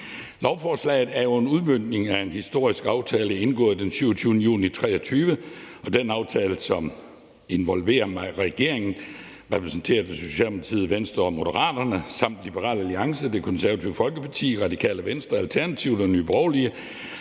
Lovforslaget er jo en udmøntning af en historisk aftale indgået den 27. juni 2023, og den aftale, som involverer regeringen, repræsenteret ved Socialdemokratiet, Venstre og Moderaterne, samt Liberal Alliance, Det Konservative Folkeparti, Radikale Venstre, Alternativet og Nye Borgerlige,